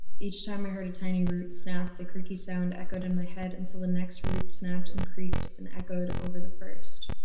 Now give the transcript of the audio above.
each time i heard a tiny root snap, the creaky sound echoed in my head until the next root snapped and creaked and echoed over the first.